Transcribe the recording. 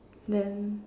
then